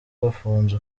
bafunze